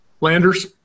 Landers